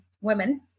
women